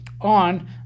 on